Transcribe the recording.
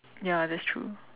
ya that's true